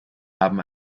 haben